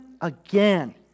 again